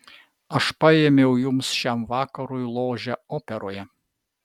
aš paėmiau jums šiam vakarui ložę operoje